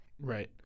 Right